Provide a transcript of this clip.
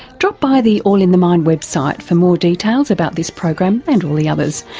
drop by the all in the mind website for more details about this program and all the others,